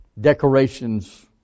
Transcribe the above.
decorations